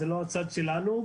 זה לא הצד שלנו,